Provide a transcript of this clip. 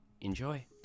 Enjoy